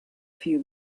few